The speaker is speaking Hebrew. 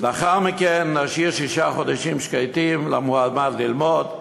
לאחר מכן נשאיר שישה חודשים שקטים למועמד ללמוד,